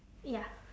ya